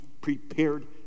prepared